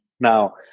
Now